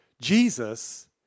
Jesus